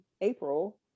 April